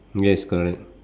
yes correct